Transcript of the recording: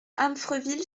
amfreville